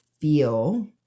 feel